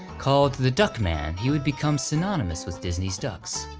called the duck man, he would become synonymous with disney's ducks.